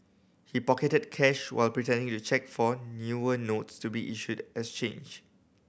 he pocketed cash while pretending to check for newer notes to be issued as change